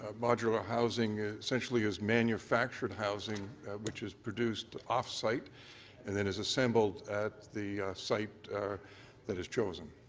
ah modular housing ah essentially is manufactured housing which is produced off site and then is assembled at the site that is chosen.